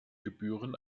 gebühren